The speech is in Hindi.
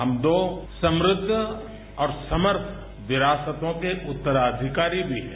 हम दो समृद्ध और समर्थ विरासतों के उत्तराधिकारी भी हैं